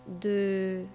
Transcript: de